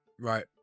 Right